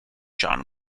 john